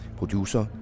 producer